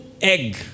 egg